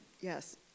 Yes